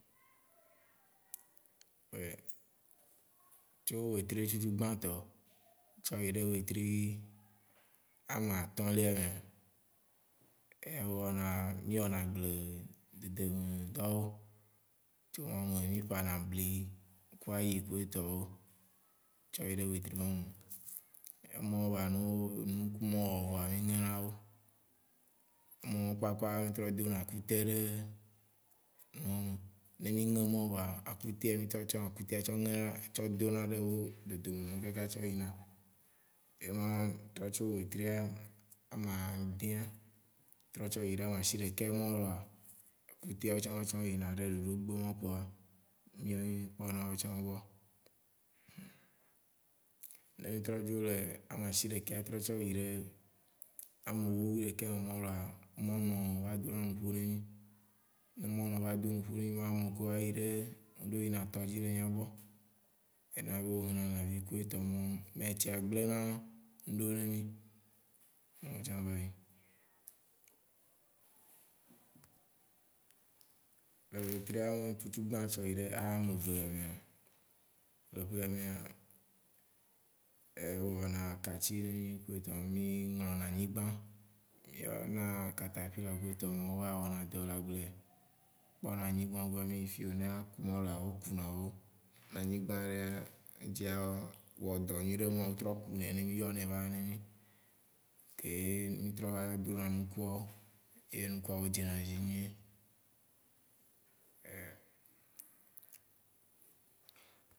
tso wetri tsutsugà tɔ tsɔ yi ɖe wetri amatɔ̃lia mea, ewɔna, mi wɔna agble dede be dɔwo. tso mamɛ mi ċna bli, ku ayi ku etɔwo. Tsɔ yi ɖe wetri ma me. Emawo enuawo enuku me wɔwɔa, yi mawo. enuwão be kpakpa, o trɔ dona akute ɖe nemu ne mi ɣɛ nuwo vɔa akutea miatsã mí sɔna akutéa tsɔ ɣɛ. tsɔ dona ɖe dodomɛ nawo kaka va yina. Enuwã, trɔ tso wetri amadĩ a tsɔ yi ɖe amashiɖekɛ mawoa, kuteawo tsã wòtsa yina ɖe ɖoɖoƒe ma koa, mi kpɔna wòtsa gbɔ. Ne trɔ dzo lé amashiɖekɛ a trɔ tsɔ yi ɖé amewo, ekeme ma loa, mɔnɔ va dona nuƒo ne mi. Ne mɔnɔ va do nuƒo ne mia, amekewo ayi ɖe, meɖewo yi na tɔdzi le mia gbɔ. egɔme bé o mena lãvi ku etɔwo. Mais etsia gblena ŋ'ɖewo ne mi. Ewɔ tsà vayi, le wetri tsutsugbã tsɔ yi ɖé amevea lé ƒe méa, o mana katsi ne mi ku étɔwo. mi ɣlɔna nyigbã, mi yɔna katapila ku etɔmawo o va wɔna dɔ le agblea. Kpɔna anyigbã gbɔ ne mi. fie ne woa kunu lea, o kunawo. Ne anyigbã ɖe dza wɔdɔ nyiɖe o trɔ kuinɛ né mi. mi yɔnɛ va wɔne ne mi. Keye mi trɔva dona nukuawo ye nukuawo dzenadzi nyuie